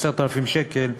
10,000 שקל,